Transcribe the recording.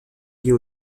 liées